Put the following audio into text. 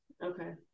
okay